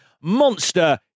Monster